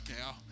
now